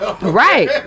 Right